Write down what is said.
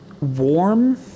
Warm